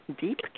deep